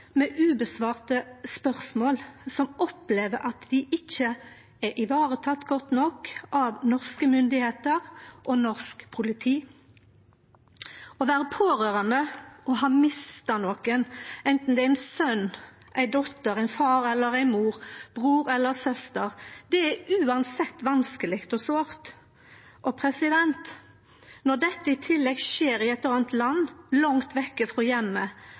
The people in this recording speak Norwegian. med spørsmål utan svar, som opplever at dei ikkje blir varetekne godt nok av norske myndigheiter og norsk politi. Å vere pårørande og ha mista nokon, anten det er ein son, ei dotter, ein far eller ei mor, ein bror eller ei syster, er uansett vanskeleg og sårt. Når dette i tillegg skjer i eit anna land, langt vekk frå